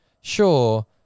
Sure